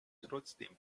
trotzdem